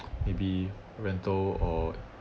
maybe rental or